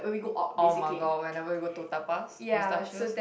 oh my god whenever we go to Tapas-Mustachio